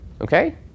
Okay